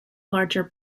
larger